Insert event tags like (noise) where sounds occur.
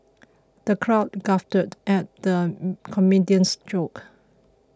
the crowd guffawed at the (hesitation) comedian's jokes